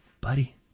Buddy